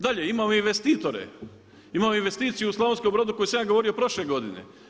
Dalje imamo investitore, imamo investiciju u Slavonskom Brodu koju sam ja govorio prošle godine.